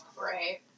right